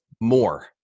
more